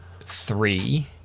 three